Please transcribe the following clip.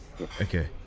Okay